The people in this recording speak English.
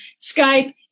Skype